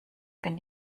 bin